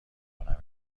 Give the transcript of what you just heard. کنم